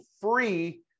free